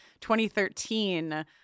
2013